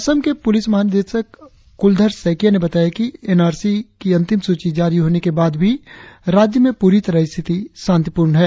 असम के पुलिस महानिदेशक कुलधर सैकिया ने बताया कि एन आर सी की अंतिम सूची जारी होने के बाद भी राज्य में पूरी तरह से स्थिति शांतिपूर्ण है